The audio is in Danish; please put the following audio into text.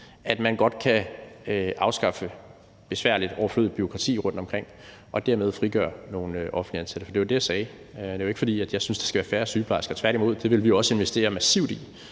at man godt kan afskaffe besværligt overflødigt bureaukrati rundtomkring og dermed frigøre nogle offentligt ansatte. Det var det, jeg sagde. Det er ikke, fordi jeg synes, der skal være færre sygeplejersker, tværtimod. Det ville vi også investere massivt i,